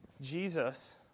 Jesus